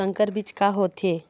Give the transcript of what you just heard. संकर बीज का होथे?